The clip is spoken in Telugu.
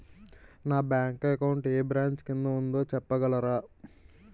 నా బ్యాంక్ అకౌంట్ ఏ బ్రంచ్ కిందా ఉందో చెప్పగలరా?